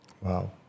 Wow